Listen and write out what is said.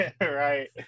Right